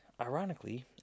ironically